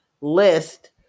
list